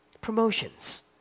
promotions